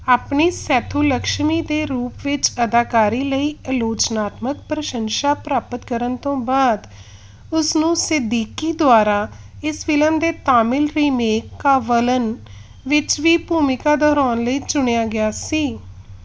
ਆਪਣੀ ਸੇਥੁਲਕਸ਼ਮੀ ਦੇ ਰੂਪ ਵਿੱਚ ਅਦਾਕਾਰੀ ਲਈ ਆਲੋਚਨਾਤਮਕ ਪ੍ਰਸ਼ੰਸਾ ਪ੍ਰਾਪਤ ਕਰਨ ਤੋਂ ਬਾਅਦ ਉਸ ਨੂੰ ਸਿੱਦੀਕੀ ਦੁਆਰਾ ਇਸ ਫ਼ਿਲਮ ਦੇ ਤਾਮਿਲ ਰੀਮੇਕ ਕਾਵਲਨ ਵਿੱਚ ਵੀ ਭੂਮਿਕਾ ਦੁਹਰਾਉਣ ਲਈ ਚੁਣਿਆ ਗਿਆ ਸੀ